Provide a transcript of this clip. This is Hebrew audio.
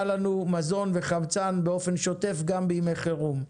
לנו מזון וחמצן באופן שוטף גם בימי חירום.